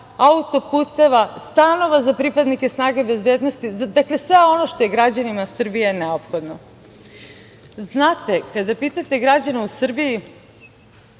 autoputeva, stanova za pripadnike snaga bezbednosti, dakle sve ono što je građanima Srbije neophodno. Znate, kada pitate građane u Srbiji,